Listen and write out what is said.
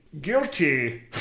Guilty